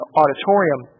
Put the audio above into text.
auditorium